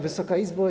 Wysoka Izbo!